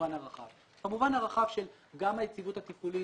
במובן הרחב גם של היציבות התפעולית.